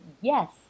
yes